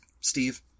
Steve